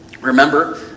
remember